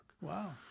Wow